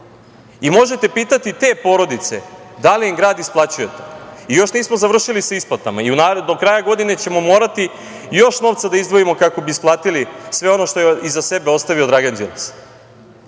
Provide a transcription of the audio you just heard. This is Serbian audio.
Možete pitati te porodice da li im grad isplaćuje to. Još nismo završili sa isplatama. Do kraja godine ćemo morati još novca da izdvojimo kako bi isplatili sve ono što je iza sebe ostavio Dragan Đilas. Kada